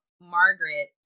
Margaret